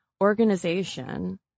organization